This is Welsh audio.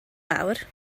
fawr